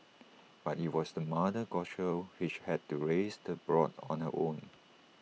but IT was the mother goshawk which had to raise the brood on her own